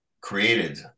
created